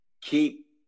keep